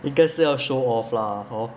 应该是要 show off lah hor